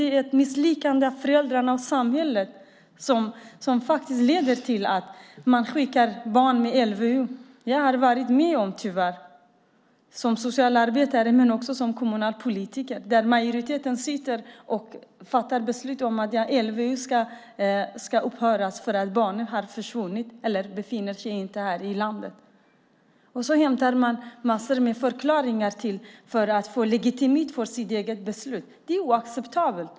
Det är ett misslyckande av föräldrarna och av samhället när man skickar i väg barnen. Jag har som socialarbetare, men också som kommunpolitiker, varit med om att majoriteten suttit och fattat beslut om att LVU ska upphöra att gälla eftersom barnen försvunnit eller inte befinner sig här i landet. Sedan ger man massor med förklaringar för att få legitimitet för sitt beslut. Det är oacceptabelt.